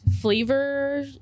flavor